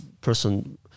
person